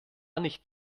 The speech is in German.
nicht